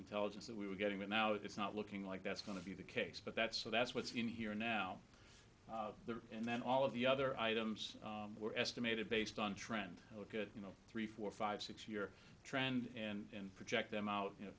intelligence that we were getting that now it's not looking like that's going to be the case but that's so that's what's in here now and then all of the other items were estimated based on trend look at you know three four five six year trend and project them out you know